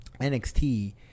NXT